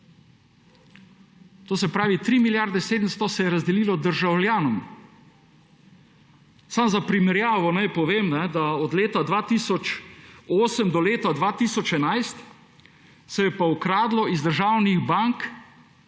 To se pravi 3 milijarde 700 se je razdelilo državljanom. Samo za primerjavo naj povem, da se je pa od leta 2008 do leta 2011 ukradlo iz državnih bank,